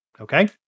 Okay